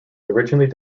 originally